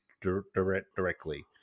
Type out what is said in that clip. directly